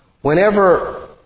whenever